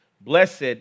Blessed